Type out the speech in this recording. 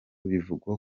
bivugwa